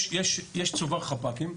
יש צובר חפ"קים,